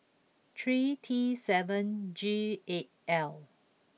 three T seven G eight L